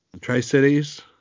Tri-Cities